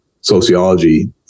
sociology